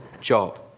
job